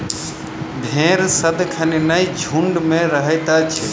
भेंड़ सदिखन नै झुंड मे रहैत अछि